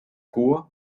cuba